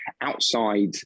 outside